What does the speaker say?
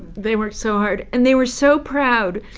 they worked so hard. and they were so proud.